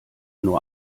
nur